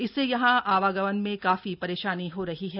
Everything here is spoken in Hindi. इससे यहां आवागमन में काफी परेशानी हो रही है